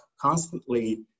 constantly